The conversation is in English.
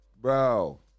Bro